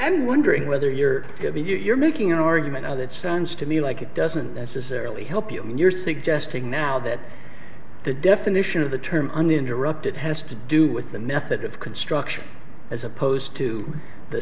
i'm wondering whether you're you're making an argument that sounds to me like it doesn't necessarily help you when you're suggesting now that the definition of the term uninterrupted has to do with the method of construction as opposed to the